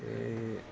ਅਤੇ